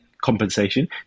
compensation